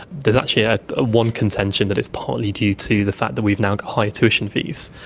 there is actually ah ah one contention that it's partly due to the fact that we've now got higher tuition fees.